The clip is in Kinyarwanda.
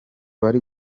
bari